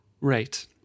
Right